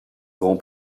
grand